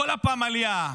כל הפמליה,